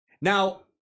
Now